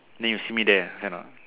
then you see me there right not